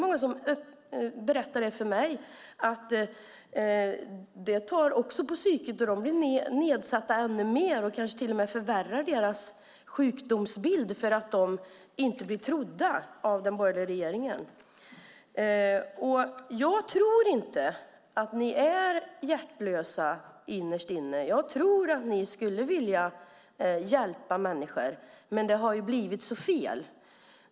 Många berättar för mig att det tar på psyket, och deras arbetsförmåga blir ännu mer nedsatt. Deras sjukdomsbild kanske till och med förvärras på grund av att de inte blir trodda av den borgerliga regeringen. Jag tror inte att ni är hjärtlösa innerst inne. Jag tror att ni skulle vilja hjälpa människor. Men det har ju blivit så fel.